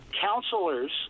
counselors